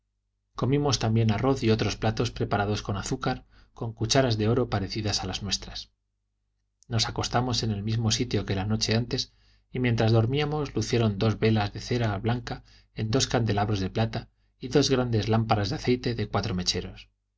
comimos también arroz y otros platos preparados con azúcar con cucharas de oro parecidas a las nuestras nos acostamos en el mismo sitio que la noche antes y mientras dormíamos lucieron dos velas de cera blanca en dos candelabros de plata y dos garandes lámparas de aceite de cuatro mecheros